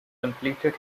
completed